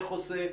איך עושה,